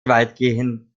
weitgehend